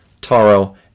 Taro